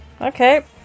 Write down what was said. Okay